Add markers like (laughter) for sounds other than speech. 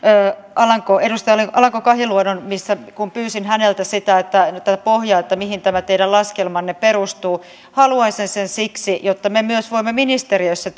edustaja alanko kahiluodon kun pyysin häneltä tätä pohjaa mihin tämä teidän laskelmanne perustuu haluaisin sen siksi jotta me voimme myös ministeriössä (unintelligible)